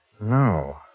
No